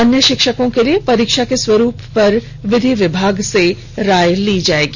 अन्य शिक्षकों के लिए परीक्षा के स्वरूप पर विधि विभाग से राय ली जाएगी